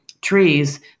trees